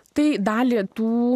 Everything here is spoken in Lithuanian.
tai dalį tų